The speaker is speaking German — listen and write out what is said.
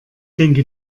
denke